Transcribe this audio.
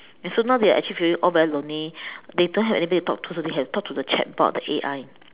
and so now they are actually feeling all very lonely they don't have anybody to talk to so they have to talk to the chat board the A_I